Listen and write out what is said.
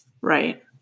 Right